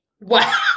Wow